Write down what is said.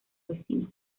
vecino